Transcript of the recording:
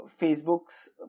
Facebook's